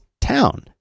town